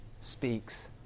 speaks